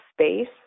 space